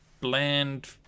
Bland